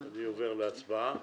אני עובר להצבעה.